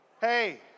Hey